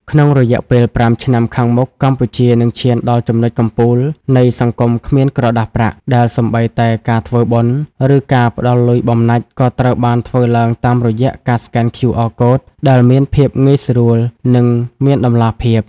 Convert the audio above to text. ក្នុងរយៈពេល ៥ ឆ្នាំខាងមុខ កម្ពុជានឹងឈានដល់ចំណុចកំពូលនៃ "សង្គមគ្មានក្រដាសប្រាក់" ដែលសូម្បីតែការធ្វើបុណ្យ ឬការផ្ដល់លុយបំណាច់ក៏ត្រូវបានធ្វើឡើងតាមរយៈការស្កែន QR កូដ ដែលមានភាពងាយស្រួល និងមានតម្លាភាព។